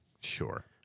Sure